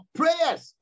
prayers